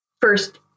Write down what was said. first